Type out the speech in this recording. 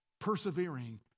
persevering